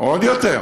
עוד יותר.